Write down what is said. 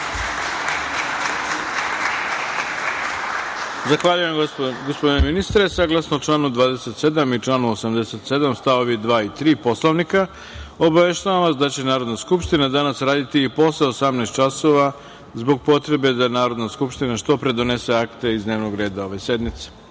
Zahvaljujem, gospodine ministre. Saglasno članu 27. i članu 87. stavovi 2. i 3. Poslovnika, obaveštavam vas da će Narodna skupština danas raditi i posle 18,00 časova zbog potrebe da Narodna skupština što pre donese akte iz dnevnog reda ove sednice. Sada